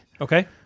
Okay